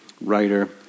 writer